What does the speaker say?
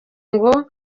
ngo